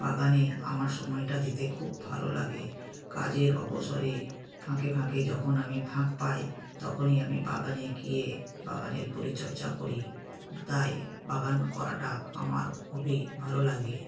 বাগানে আমার সময়টা দিতে খুব ভালো লাগে কাজের অবসরে ফাঁকে ফাঁকে যখন আমি ফাঁক পাই তখনই আমি বাগানে গিয়ে বাগানের পরিচর্যা করি তাই বাগান করাটা আমার খুবই ভালো লাগে